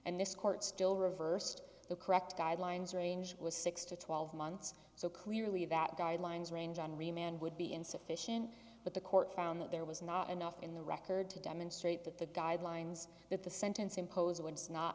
and this court still reversed the correct guidelines range was six to twelve months so clearly that guidelines range on remand would be insufficient but the court found that there was not enough in the record to demonstrate that the guidelines that the sentence imposed once not